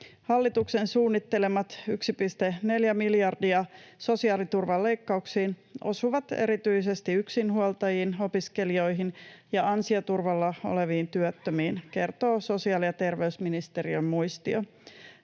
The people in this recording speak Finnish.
Hallituksen suunnittelemat 1,4 miljardia sosiaaliturvan leikkauksiin osuvat erityisesti yksinhuoltajiin, opiskelijoihin ja ansioturvalla oleviin työttömiin, kertoo sosiaali‑ ja terveysministeriön muistio.